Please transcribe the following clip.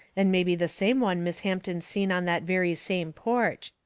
and mebby the same one miss hampton seen on that very same porch.